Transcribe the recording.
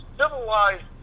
civilized